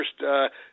first